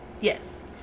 Yes